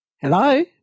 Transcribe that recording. Hello